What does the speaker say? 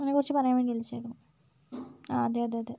അതിനെക്കുറിച്ച് പറയാൻ വേണ്ടി വിളിച്ചതാണ് ആ അതേയതേയതേ